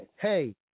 Hey